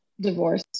divorce